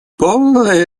полная